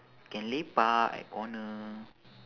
can lepak at corner